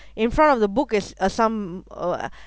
in front of the book is uh some uh